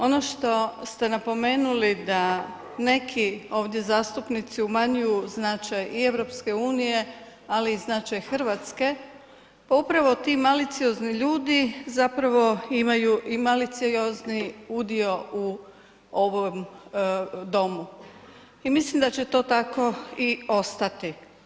Ono što ste napomenuli da neki ovdje zastupnici umanjuju značaj i EU-a ali i značaj Hrvatske pa upravo ti maliciozni ljudi zapravo imaju i maliciozni udio u ovom domu i mislim da će to tako i ostati.